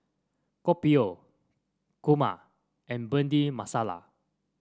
Kopi O Kurma and Bhindi Masala